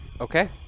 Okay